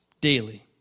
Daily